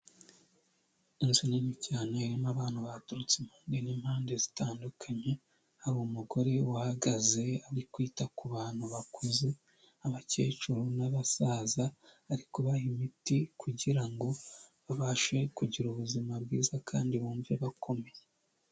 Inzu nini cyane irimo abantu baturutse impande n'impande zitandukanye, hari umugore uhagaze ari kwita ku bantu bakuze, abakecuru n'abasaza ari kubaha imiti kugira ngo babashe kugira ubuzima bwiza kandi bumve bakomeye.